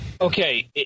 Okay